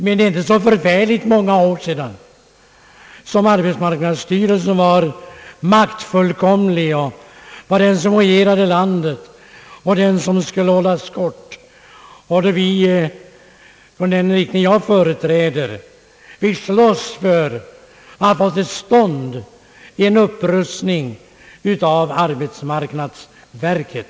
Men det är inte så förfärligt många år sedan arbetsmarknadsstyrelsen ansågs vara maktfullkomlig, var den som regerade landet, var den som skulle hållas kort, och då vi från den riktning jag företräder fick slåss för att få till stånd en upprustning av arbetsmarknadsverket.